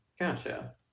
Gotcha